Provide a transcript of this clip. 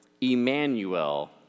Emmanuel